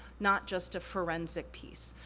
not just a forensic piece.